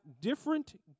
different